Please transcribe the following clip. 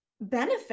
benefit